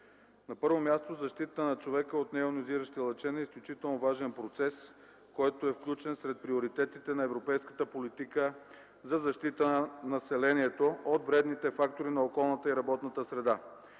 На първо място – защитата на човека от нейонизиращи лъчения е изключително важен процес, който е включен сред приоритетите на европейската политика за защита на населението от вредните фактори на околната и работната среда.